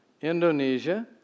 Indonesia